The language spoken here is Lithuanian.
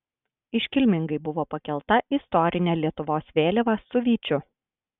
iškilmingai buvo pakelta istorinė lietuvos vėliava su vyčiu